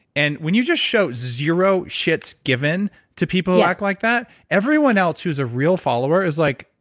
and when you just showed zero shits given to people who act like that, everyone else who's a real follower is like,